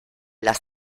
las